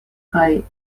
kaj